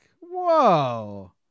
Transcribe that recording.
whoa